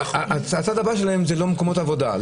הצעד הבא שלהם זה לא מקומות עבודה.